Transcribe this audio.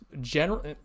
general